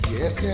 Yes